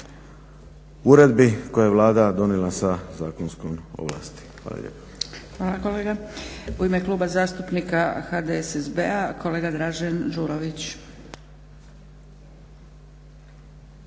Uredbi koje je Vlada donijela sa zakonskom ovlasti. Hvala lijepa.